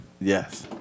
Yes